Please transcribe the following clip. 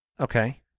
Okay